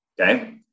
Okay